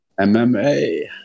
MMA